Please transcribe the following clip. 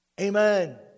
Amen